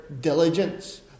diligence